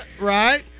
Right